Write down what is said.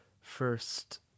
first